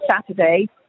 Saturday